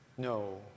No